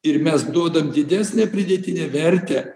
ir mes duodam didesnę pridėtinę vertę